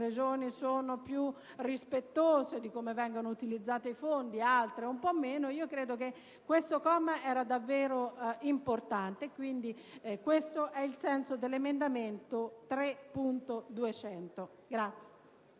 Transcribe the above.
(alcune sono più rispettose di come vengono utilizzati i fondi, altre un po' meno), credo che questo comma sia davvero importante. Questo è il senso dell'emendamento 3.200.